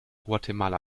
guatemala